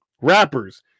Rappers